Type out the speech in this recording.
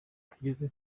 tugeze